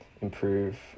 improve